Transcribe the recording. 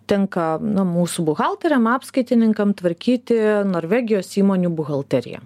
tenka na mūsų buhalteriam apskaitininkam tvarkyti norvegijos įmonių buhalteriją